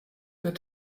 wird